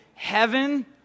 heaven